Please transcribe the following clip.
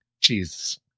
jesus